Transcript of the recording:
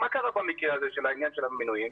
במקרה הזה, של עניין המינויים,